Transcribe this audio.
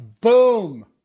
Boom